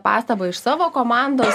pastabą iš savo komandos